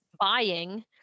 buying